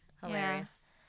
Hilarious